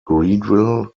greenville